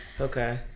Okay